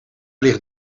ligt